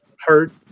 hurt